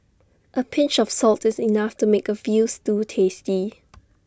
A pinch of salt is enough to make A Veal Stew tasty